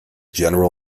general